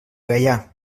gaià